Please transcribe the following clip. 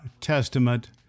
Testament